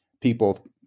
people